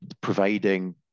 providing